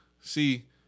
see